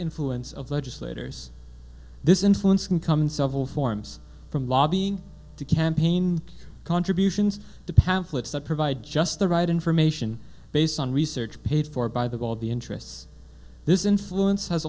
influence of legislators this influence can come in several forms from lobbying to campaign contributions to pamphlets that provide just the right information based on research paid for by the goal of the interests this influence has